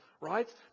right